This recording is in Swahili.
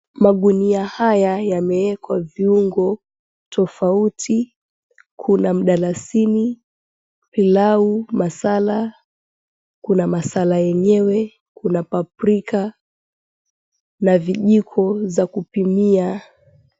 Magunia hayo yamepangwa viungo tofauti kuna mdalasini, pilau masala, masala yenyewe, paprika na vijiko za kupimia.